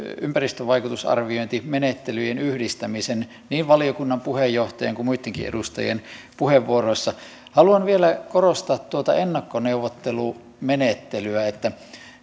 ympäristövaikutusarviointimenettelyjen yhdistämisen niin valiokunnan puheenjohtajan kuin muittenkin edustajien puheenvuoroissa haluan vielä korostaa tuota ennakkoneuvottelumenettelyä